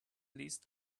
least